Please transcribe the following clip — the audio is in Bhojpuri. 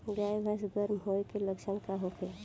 गाय भैंस गर्म होय के लक्षण का होखे?